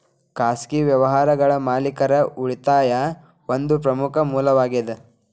ಖಾಸಗಿ ವ್ಯವಹಾರಗಳ ಮಾಲೇಕರ ಉಳಿತಾಯಾ ಒಂದ ಪ್ರಮುಖ ಮೂಲವಾಗೇದ